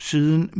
Siden